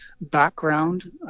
background